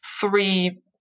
three